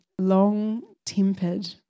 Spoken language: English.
long-tempered